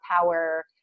power